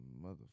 mother